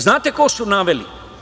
Znate koga su naveli?